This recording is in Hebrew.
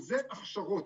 אלה הכשרות,